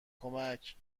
کمک